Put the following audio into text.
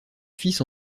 fils